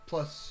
Plus